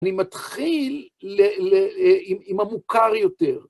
אני מתחיל עם המוכר יותר.